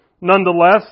nonetheless